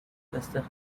تستخدم